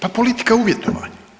Pa politika uvjetovanja.